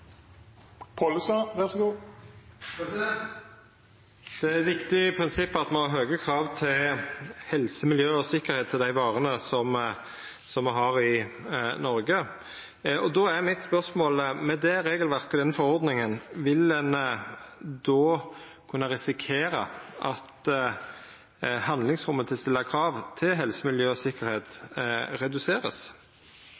sikkerheit for dei varene me har i Noreg. Då er mitt spørsmål: Med det regelverket og den forordninga – vil ein då kunna risikera at handlingsrommet for å stilla krav til helse, miljø og sikkerheit